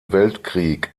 weltkrieg